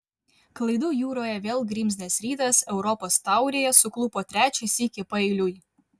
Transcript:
klaidų jūroje vėl grimzdęs rytas europos taurėje suklupo trečią sykį paeiliui